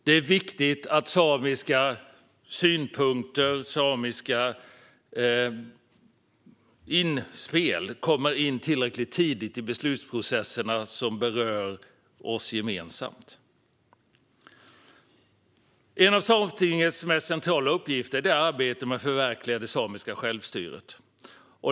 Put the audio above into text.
Det är viktigt att samiska synpunkter och inspel kommer in tillräckligt tidigt i de beslutsprocesser som berör oss gemensamt. En av Sametingets mest centrala uppgifter är arbetet med att förverkliga det samiska självstyret.